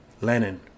Lenin